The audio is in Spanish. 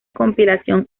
compilación